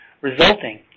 resulting